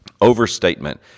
Overstatement